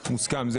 מוסכם.